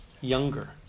younger